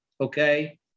Okay